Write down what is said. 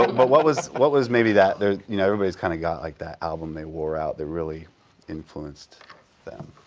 but what was what was maybe that you know, everybody's kind of got like that album they wore out that really influenced them.